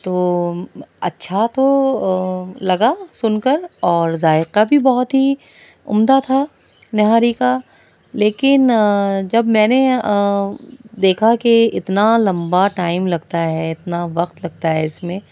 تو اچھا تو لگا سن کر اور ذائقہ بھی بہت ہی عمدہ تھا نہاری کا لیکن جب میں نے دیکھا کہ اتنا لمبا ٹائم لگتا ہے اتنا وقت لگتا ہے اس میں